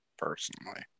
Personally